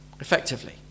Effectively